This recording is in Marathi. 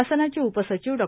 शासनाचे उपसचिव डॉ